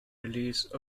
release